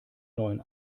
neuen